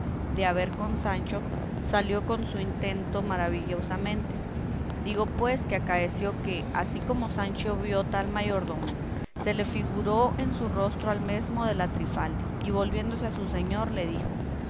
de haber con sancho salió con su intento maravillosamente digo pues que acaeció que así como sancho vio al tal mayordomo se le figuró en su rostro el mesmo de la trifaldi y volviéndose a su señor le dijo